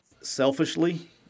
selfishly